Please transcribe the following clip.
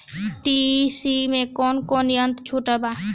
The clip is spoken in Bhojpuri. ई.सी टू मै कौने कौने यंत्र पर छुट बा?